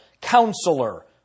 Counselor